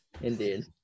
indeed